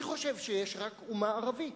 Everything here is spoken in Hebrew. אני חושב שיש רק אומה ערבית.